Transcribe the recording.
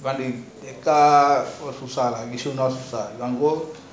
rekha